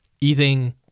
eating